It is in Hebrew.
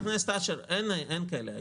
חבר הכנסת אשר, אין כאלה היום.